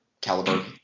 caliber